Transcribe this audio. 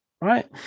right